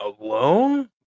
alone